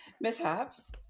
mishaps